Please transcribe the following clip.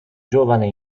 giovane